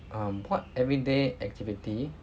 um what everyday activity